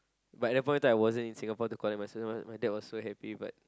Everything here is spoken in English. but at the point of time I wasn't in Singapore to collect my cert so my dad was so happy but